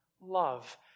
love